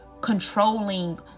controlling